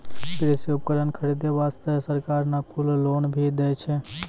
कृषि उपकरण खरीदै वास्तॅ सरकार न कुल लोन भी दै छै